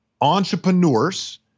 entrepreneurs